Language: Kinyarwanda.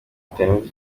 kitarenze